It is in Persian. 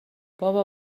بابا